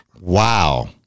Wow